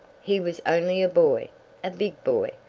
he was only a boy a big boy,